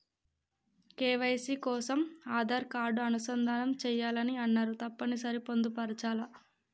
KYC కోసం Aadhaar card అనుసంధానం చేయాలని అన్నరు తప్పని సరి పొందుపరచాలా?